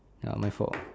ya my fault